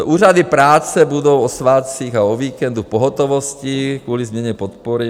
Úřady práce budou o svátcích a o víkendu v pohotovosti kvůli změně podpory.